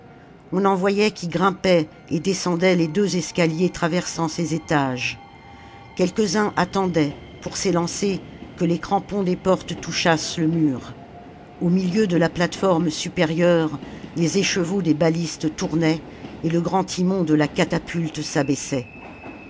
on en voyait qui grimpaient et descendaient les deux escaliers traversant ses étages quelques-uns attendaient pour s'élancer que les crampons des portes touchassent le mur au milieu de la plate-forme supérieure les écheveaux des balistes tournaient et le grand timon de la catapulte s'abaissait